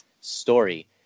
story